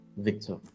victor